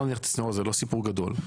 זה לא סיפור גדול.